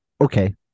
Okay